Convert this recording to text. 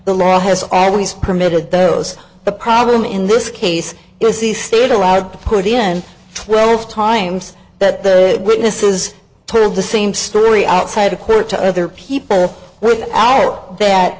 the law has always permitted those the problem in this case is the state allowed to put in twelve times that the witnesses told the same story outside the court to other people with our that